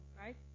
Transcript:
right